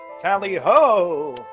tally-ho